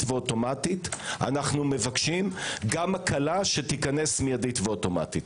ואוטומטית - אנו מבקשים גם הקלה שתיכנס מיידית ואוטומטית.